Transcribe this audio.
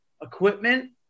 equipment